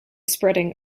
spreading